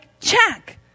check